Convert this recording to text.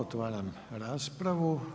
Otvaram raspravu.